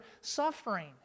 suffering